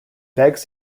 begs